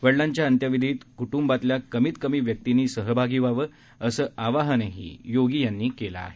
वडिलांच्या अंत्यविधित कुटुंबातल्या कमीत कमी व्यक्तींनी सहभागी व्हावं असं आवाहनही योगी यांनी केलं आहे